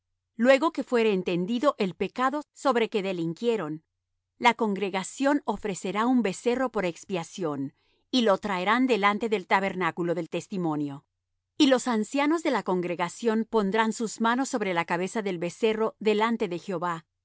luego que fuere entendido el pecado sobre que delinquieron la congregación ofrecerá un becerro por expiación y lo traerán delante del tabernáculo del testimonio y los ancianos de la congregación pondrán sus manos sobre la cabeza del becerro delante de jehová